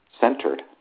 centered